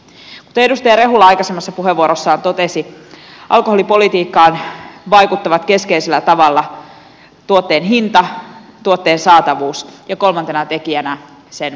edustaja rehula aikaisemmassa puheenvuorossaan totesi että alkoholipolitiikkaan vaikuttavat keskeisellä tavalla tuotteen hinta tuotteen saatavuus ja kolmantena tekijänä sen mainonta